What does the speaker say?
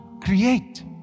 Create